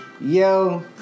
yo